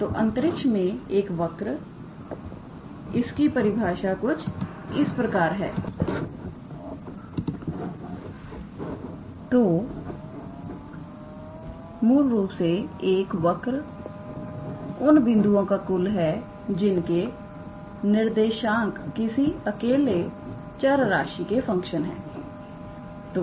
तो अंतरिक्ष में एक वर्क इसकी परिभाषा कुछ इस प्रकार है मूल रूप से एक वर्क उन बिंदुओं का कुल है जिनके निर्देशांक किसी अकेले चरराशि के फंक्शन है